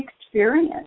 experience